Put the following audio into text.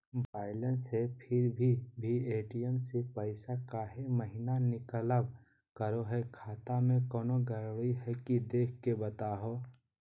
Balance है फिर भी भी ए.टी.एम से पैसा काहे महिना निकलब करो है, खाता में कोनो गड़बड़ी है की देख के बताहों?